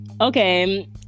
okay